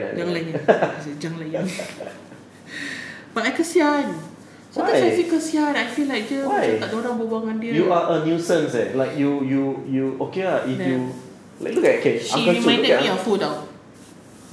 jangan layan she say jangan layan but I kasihan sometimes I feel kasihan I feel like dia macam tak ada orang berbual dengan dia she reminded me of who tahu